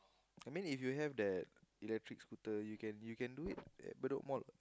I mean if you have that electric scooter you can you can do it at Bedok Mall what